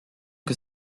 que